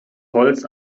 holz